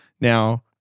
Now